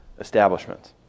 establishments